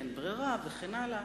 אין ברירה וכן הלאה.